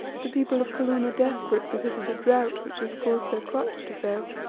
the people of kaloon are desperate because of the drought which has caused their crops to fail,